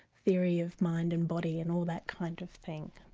theory of mind and body and all that kind of thing.